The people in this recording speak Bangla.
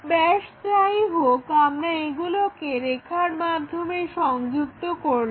ব্যাস যাই হোক আমরা এগুলোকে রেখার মাধ্যমে সংযুক্ত করলাম